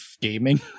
gaming